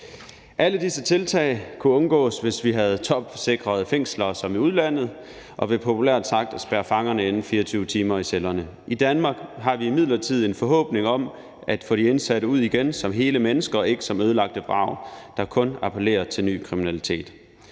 Alle disse tiltag kunne undgås, hvis vi havde topsikrede fængsler som i udlandet og populært sagt spærrede fangerne inde 24 timer i cellerne. I Danmark har vi imidlertid en forhåbning om at få de indsatte ud igen som hele mennesker og ikke som ødelagte vrag, der kun appellerer til ny kriminalitet.